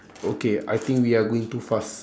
okay I think we are going too fast